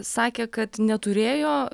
sakė kad neturėjo